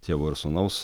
tėvo ir sūnaus